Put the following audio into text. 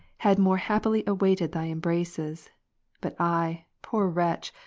had more happily awaited thy embraces but i, poor wretch,